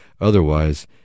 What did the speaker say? otherwise